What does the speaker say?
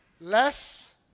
less